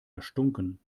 erstunken